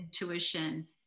intuition